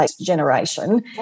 generation